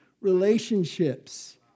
relationships